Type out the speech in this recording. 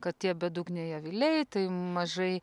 kad tie bedugniai aviliai tai mažai